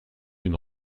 une